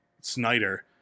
Snyder